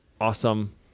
awesome